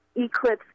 eclipse